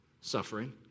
Suffering